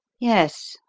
yes,